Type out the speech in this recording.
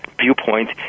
viewpoint